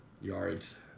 yards